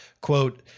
quote